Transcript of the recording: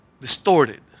distorted